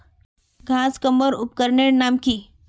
घांस कमवार उपकरनेर नाम की?